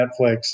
Netflix